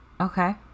Okay